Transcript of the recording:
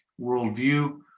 worldview